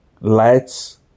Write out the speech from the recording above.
lights